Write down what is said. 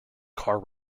car